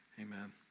Amen